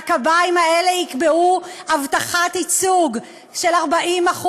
והקביים האלה יקבעו הבטחת ייצוג של 40%